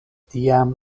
tiam